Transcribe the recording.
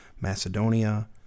Macedonia